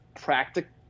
practical